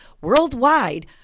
worldwide